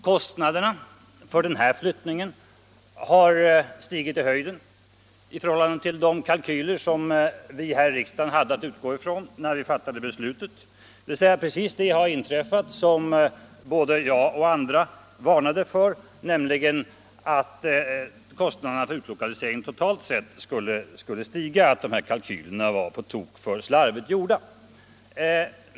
Kostnaderna för den här flyttningen har stigit i höjden i förhållande till de kalkyler som vi här i riksdagen hade att utgå från när vi fattade beslutet, dvs. precis det har inträffat som jag och andra varnade för, nämligen att kostnaderna för utlokaliseringen totalt sett skulle stiga och att de här kalkylerna var på tok för slarvigt gjorda.